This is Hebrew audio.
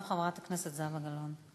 אחריו, חברת הכנסת זהבה גלאון.